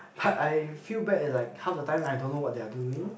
but I feel bad like half the time I don't know what they are doing